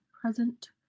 present